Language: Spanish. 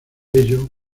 ello